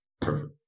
Perfect